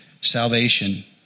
salvation